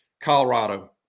Colorado